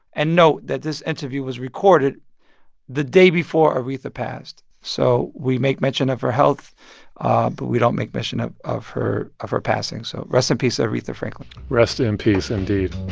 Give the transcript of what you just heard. and note that this interview was recorded the day before aretha passed, so we make mention of her health, but we don't make mention of of her of her passing. so rest in peace, aretha franklin rest in peace indeed